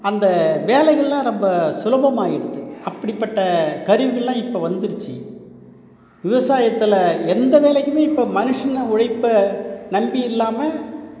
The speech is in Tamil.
அந்த வேலைகளெலாம் ரொம்ப சுலபமாயிடுது அப்படிப்பட்ட கருவிகளெலாம் இப்போ வந்துடுச்சு விவசாயத்தில் எந்த வேலைக்குமே இப்போ மனுஷனை உழைப்பை நம்பி இல்லாமல்